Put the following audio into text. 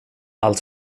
allt